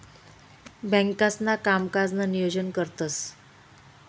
बँकांसणा कामकाजनं नियोजन करतंस